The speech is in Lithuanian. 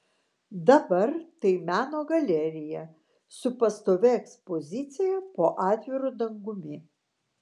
dabar tai meno galerija su pastovia ekspozicija po atviru dangumi